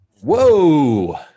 Whoa